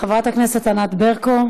חברת הכנסת ענת ברקו,